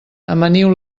amaniu